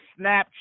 Snapchat